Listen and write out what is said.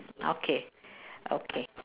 okay okay